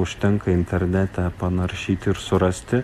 užtenka internete panaršyti ir surasti